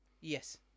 Yes